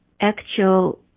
actual